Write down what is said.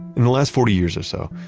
in the last forty years or so,